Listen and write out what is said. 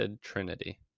Trinity